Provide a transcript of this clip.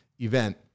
event